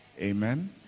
Amen